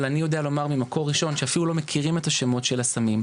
אבל אני יודע לומר ממקור ראשון שאפילו לא מכירים את השמות של הסמים.